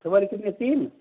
सवारी कितनी है तीन